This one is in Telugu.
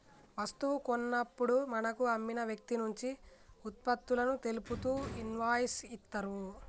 వస్తువు కొన్నప్పుడు మనకు అమ్మిన వ్యక్తినుంచి వుత్పత్తులను తెలుపుతూ ఇన్వాయిస్ ఇత్తరు